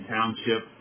Township